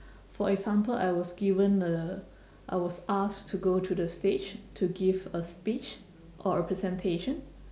for example I was given a I was asked to go to the stage to give a speech or a presentation